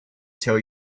tell